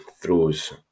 throws